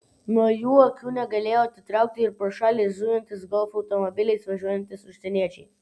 nuo jų akių negalėjo atitraukti ir pro šalį zujantys golfo automobiliais važiuojantys užsieniečiai